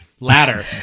Ladder